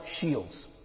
shields